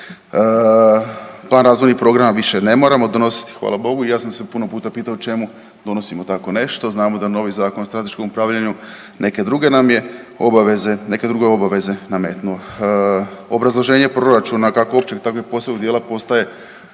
Plan, razvoj i program više ne moramo donositi hvala Bogu i ja sam se puno puta pitao čemu donosimo tako nešto, a znamo da novi Zakon o strateškom upravljanju neke druge nam je obaveze, neke druge obaveze nametnuo. Obrazloženje proračuna kako općeg tako i posebnog dijela postaje